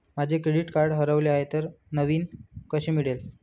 माझे credit card हरवले आहे तर नवीन कसे मिळेल?